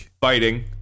fighting